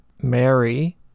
Mary